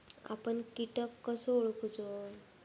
आपन कीटक कसो ओळखूचो?